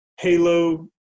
Halo